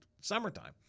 summertime